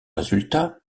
résultat